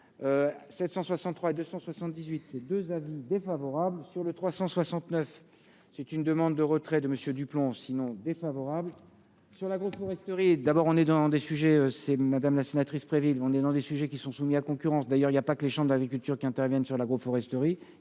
763 278 ces 2 avis défavorable sur le 369 c'est une demande de retrait de Monsieur du plomb sinon défavorable sur l'agroforesterie, d'abord, on est dans des sujets c'est madame la sénatrice Préville on est dans des sujets qui sont soumis à concurrence d'ailleurs, il y a pas que les gens de l'agriculture qui interviennent sur l'agroforesterie